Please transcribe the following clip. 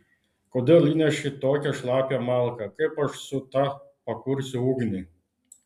kodėl įneši tokią šlapią malką kaip aš su ta pakursiu ugnį